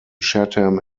chatham